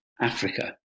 Africa